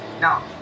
Now